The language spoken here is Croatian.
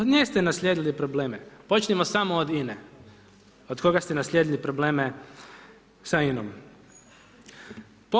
Od nje ste naslijedili probleme, počnimo samo od INA-e, od koga ste naslijedili probleme sa INA-om.